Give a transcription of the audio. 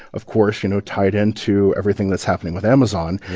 of course, you know, tied into everything that's happening with amazon.